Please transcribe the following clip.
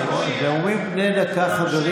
זה נאומים בני דקה.